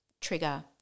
trigger